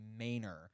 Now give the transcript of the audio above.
Mainer